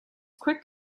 quick